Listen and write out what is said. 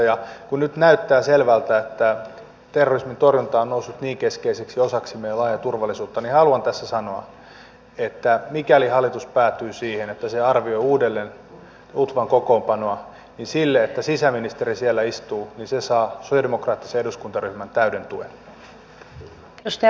ja kun nyt näyttää selvältä että terrorismin torjunta on noussut niin keskeiseksi osaksi meidän laajaa turvallisuuttamme niin haluan tässä sanoa että mikäli hallitus päätyy siihen että se arvioi uudelleen utvan kokoonpanoa niin se että sisäministeri siellä istuu saa sosialidemokraattisen eduskuntaryhmän täyden tuen